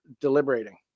deliberating